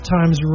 Times